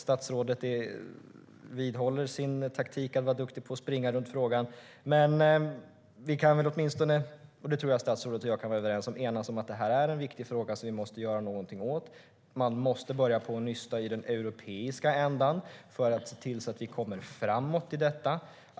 Statsrådet vidhåller sin taktik; han är duktig på att springa runt frågan. Jag tror att statsrådet och jag kan enas om att detta är en viktig fråga som vi måste göra något åt. Vi måste börja nysta i den europeiska änden så att vi kan komma framåt.